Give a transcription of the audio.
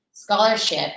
Scholarship